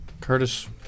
Curtis